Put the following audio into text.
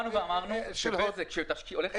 אנחנו באנו ואמרנו שבזק שהולכת להשקיע